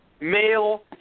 male